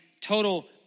total